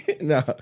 No